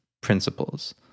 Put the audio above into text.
principles